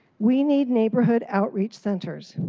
we need neighborhood outreach centers,